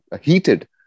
heated